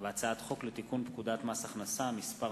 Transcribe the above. הצעת חוק לתיקון פקודת מס הכנסה (מס'